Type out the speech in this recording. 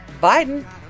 Biden